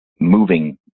moving